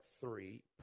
three